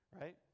right